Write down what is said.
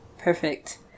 perfect